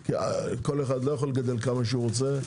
כי כל אחד לא יכול לגדל כמה שהוא רוצה.